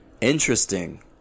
interesting